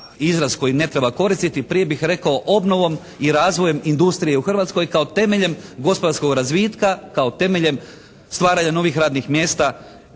izraz koji ne treba koristiti. Prije bih rekao obnovom i razvojem industrije u Hrvatskoj kao temeljem gospodarskog razvitka, kao temeljem stvaranja novih radnih mjesta